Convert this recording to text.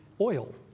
oil